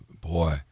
Boy